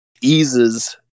eases